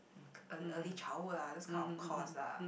earl~ early childhood lah those kind of courses lah